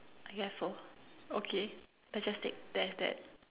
I guess so okay let's just take that as that